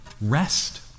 rest